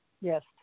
yes